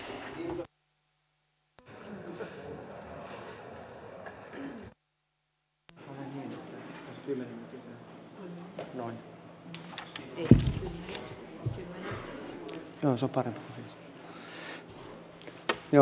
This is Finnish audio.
arvoisa rouva puhemies